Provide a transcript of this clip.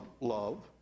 love